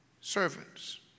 servants